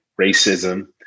racism